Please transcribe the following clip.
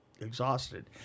exhausted